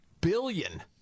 billion